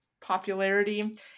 popularity